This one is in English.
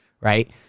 Right